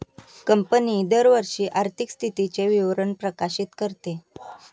company दरवर्षी आर्थिक स्थितीचे विवरण प्रकाशित करते